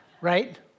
right